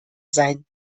sein